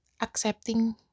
accepting